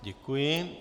Děkuji.